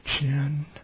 chin